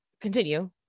continue